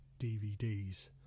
DVDs